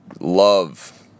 love